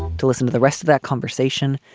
to listen to the rest of that conversation.